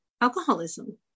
alcoholism